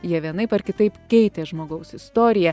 jie vienaip ar kitaip keitė žmogaus istoriją